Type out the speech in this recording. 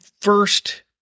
first